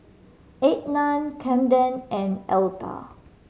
Ednah Camden and Elta